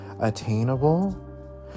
attainable